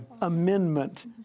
amendment